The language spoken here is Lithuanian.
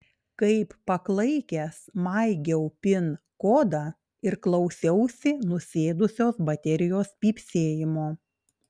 kaip paklaikęs maigiau pin kodą ir klausiausi nusėdusios baterijos pypsėjimo